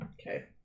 Okay